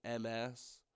MS